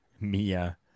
Mia